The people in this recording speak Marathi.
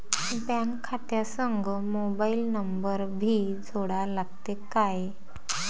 बँक खात्या संग मोबाईल नंबर भी जोडा लागते काय?